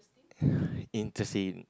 interesting